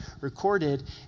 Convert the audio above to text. recorded